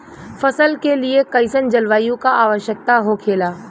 फसल के लिए कईसन जलवायु का आवश्यकता हो खेला?